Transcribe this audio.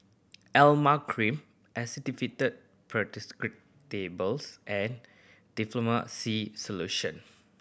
Emla Cream Actifed Pseudoephedrine Tablets and Difflam C Solution